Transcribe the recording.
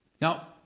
Now